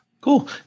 Cool